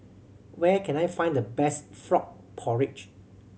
where can I find the best frog porridge